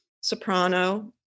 soprano